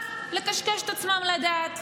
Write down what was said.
רק לקשקש את עצמם לדעת.